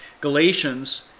Galatians